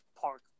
park